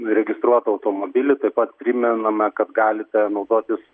registruotą automobilį taip pat primename kad galite naudotis